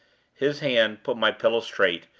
his hand put my pillow straight,